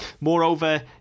Moreover